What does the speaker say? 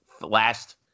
last